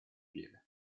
piede